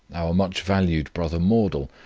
our much valued brother mordal,